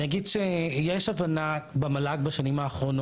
אני אגיד שיש הבנה במועצה להשכלה גבוהה בשנים האחרונות,